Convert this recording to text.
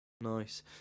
Nice